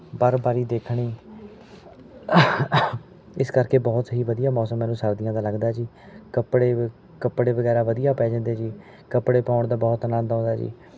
ਬਰਫਬਾਰੀ ਦੇਖਣੀ ਇਸ ਕਰਕੇ ਬਹੁਤ ਹੀ ਵਧੀਆ ਮੌਸਮ ਮੈਨੂੰ ਸਰਦੀਆਂ ਦਾ ਲੱਗਦਾ ਹੈ ਜੀ ਕੱਪੜੇ ਵ ਕੱਪੜੇ ਵਗੈਰਾ ਵਧੀਆ ਪੈ ਜਾਂਦੇ ਜੀ ਕੱਪੜੇ ਪਾਉਣ ਦਾ ਬਹੁਤ ਅਨੰਦ ਆਉਂਦਾ ਜੀ